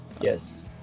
Yes